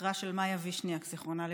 לזכרה של מאיה וישניאק, זיכרונה לברכה,